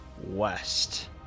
West